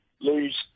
Lose